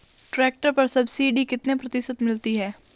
Tractor पर subsidy कितने प्रतिशत मिलती है?